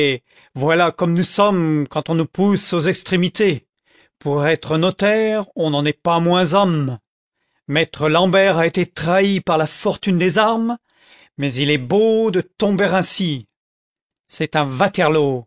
voilà comme nous sommes quand on nous pousse aux extrémités pour être notaire on n'en est pas moins bomme maître l'ambert a été trahi par la fortune des armes mais il est beau de tomber ainsi c'est un waterloo